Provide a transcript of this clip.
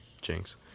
Jinx